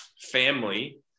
family